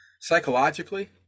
psychologically